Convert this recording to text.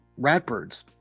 Ratbirds